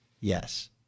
Yes